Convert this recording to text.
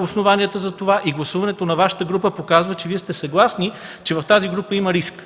основанията за това и гласуването на Вашата група показва, че Вие сте съгласни, че в тази група има риск.